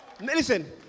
Listen